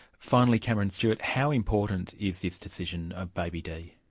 finally, cameron stewart, how important is this decision of baby d?